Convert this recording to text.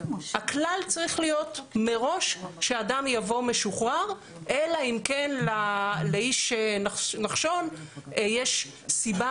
הכלל צריך להיות מראש שאדם יבוא משוחרר אלא אם כן לאיש נחשון יש סיבה